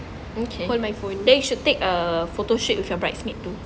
okay then you should take a photoshoot with your bridesmaid too